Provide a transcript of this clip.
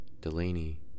Delaney